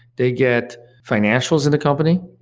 they get financials in the company,